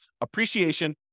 appreciation